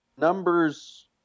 numbers